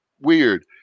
weird